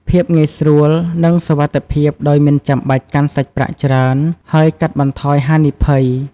ភាពងាយស្រួល និងសុវត្ថិភាពដោយមិនចាំបាច់កាន់សាច់ប្រាក់ច្រើន ហើយកាត់បន្ថយហានិភ័យ។